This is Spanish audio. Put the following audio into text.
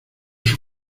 sus